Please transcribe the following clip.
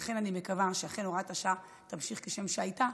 ולכן אני מקווה שאכן הוראת השעה תמשיך כשם שהייתה,